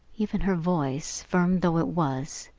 even her voice, firm though it was,